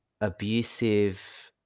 abusive